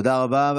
תודה רבה.